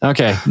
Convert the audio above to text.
Okay